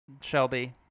Shelby